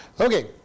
Okay